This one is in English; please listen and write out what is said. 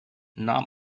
not